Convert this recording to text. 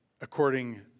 according